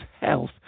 health